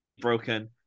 broken